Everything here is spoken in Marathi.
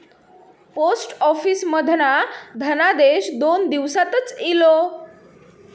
पोस्ट ऑफिस मधना धनादेश दोन दिवसातच इलो